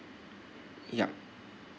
yup